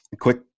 quick